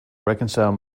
reconcile